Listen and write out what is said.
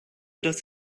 dass